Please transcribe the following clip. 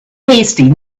hasty